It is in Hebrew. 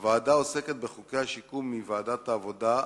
הוועדה העוסקת בחוקי השיקום היא ועדת העבודה,